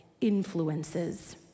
influences